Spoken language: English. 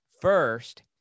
first